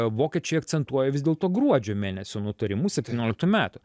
vokiečiai akcentuoja vis dėlto gruodžio mėnesio nutarimu septynioliktų metų